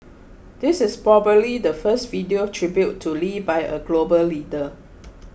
this is probably the first video tribute to Lee by a global leader